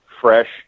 fresh